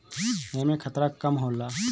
एमे खतरा कम होला